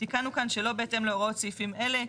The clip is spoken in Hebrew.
שלא בהתאם להוראות סעיפים אלה.